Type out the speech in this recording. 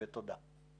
תודה.